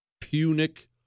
Punic